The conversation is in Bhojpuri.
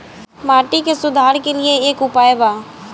माटी के सुधार के लिए का उपाय बा?